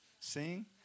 sing